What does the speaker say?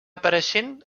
apareixent